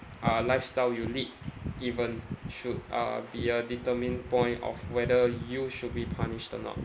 uh lifestyle you lead even should uh be a determine point of whether you should be punished or not